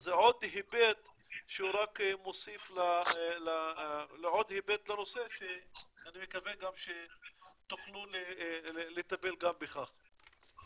זה עוד היבט שרק מוסיף לנושא ואני מקווה שתוכלו לטפל גם בכך.